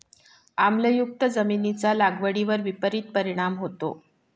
आम्लयुक्त जमिनीचा लागवडीवर विपरीत परिणाम होतो